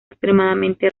extremadamente